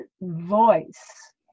voice